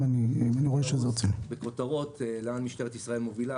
אני ארוץ בכותרות לאן מובילה משטרת ישראל.